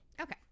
Okay